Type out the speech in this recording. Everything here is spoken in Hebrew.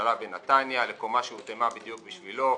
הממשלה בנתניה לקומה שהותאמה בדיוק בשבילו,